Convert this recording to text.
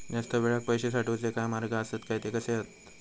जास्त वेळाक पैशे साठवूचे काय मार्ग आसत काय ते कसे हत?